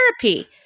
therapy